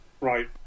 Right